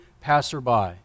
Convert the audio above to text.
passerby